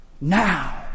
now